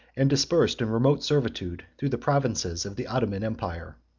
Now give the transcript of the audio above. and dispersed in remote servitude through the provinces of the ottoman empire.